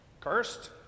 Cursed